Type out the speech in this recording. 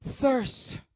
thirst